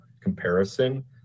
comparison